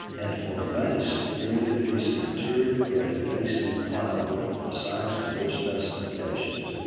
and for a base, you'll need a piece of interior grade a c plywood sized to your specifications.